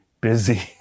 busy